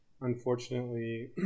Unfortunately